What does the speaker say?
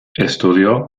estudió